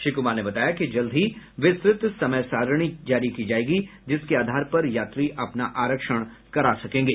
श्री कुमार ने बताया कि जल्द ही विस्तृत समय सारिणी जारी की जायेगी जिसके आधार पर यात्री अपना आरक्षण करा सकेंगे